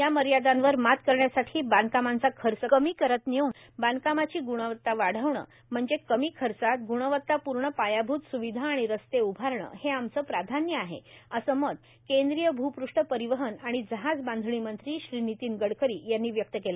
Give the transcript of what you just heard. त्या मर्यादांवर मात करण्यासाठी बांधकामांचा खर्च कमी करत नेऊन बांधकामाची ग्णवत्ता वाढविणे म्हणजे कमी खर्चात ग्णवत्तापूर्ण पायाभूत स्विधा आणि रस्ते उभारणे हे आमचे प्राधान्य आहे असे मत केंद्रीय भूपृष्ठ परिवहन आणि जहाजबांधणी मंत्री नितीन गडकरी यांनी व्यक्त केले